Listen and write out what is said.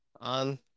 on